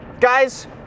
guys